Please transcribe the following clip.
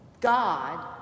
God